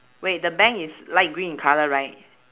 wait the bank is light green in colour right